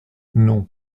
non